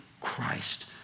Christ